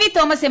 V Thomas M